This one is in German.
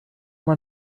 man